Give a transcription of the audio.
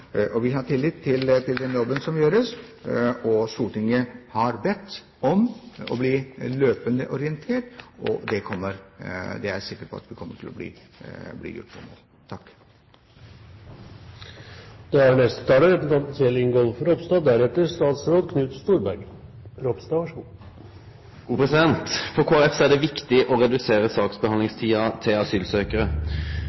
at vi i utgangpunktet er enige i intensjonene. Men vi ser at regjeringen allerede gjør den jobben på en god måte, og vi har tillit til den jobben som gjøres. Stortinget har bedt om å bli løpende orientert, og det er jeg sikker på vi kommer til å bli. For Kristeleg Folkeparti er det viktig å redusere